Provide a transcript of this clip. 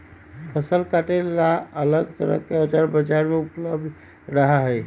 फसल काटे ला अलग तरह के औजार बाजार में उपलब्ध रहा हई